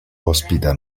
ospita